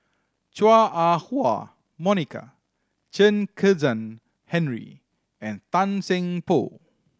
Chua Ah Huwa Monica Chen Kezhan Henri and Tan Seng Poh